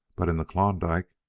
but in the klondike,